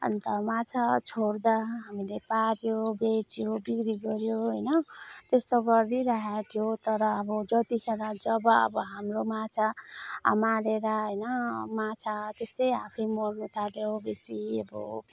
अन्त माछा छोड्दा हामीले पाल्यो बेच्यो बिक्री गर्यो होइन त्यस्तो गरिरहे थियो तर अब जतिखेर जब अब हाम्रो माछा मारेर होइन माछा त्यसै आफै मर्नुथाल्यो बेसी अब